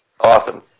Awesome